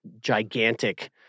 gigantic